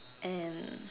and